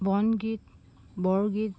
বনগীত বৰগীত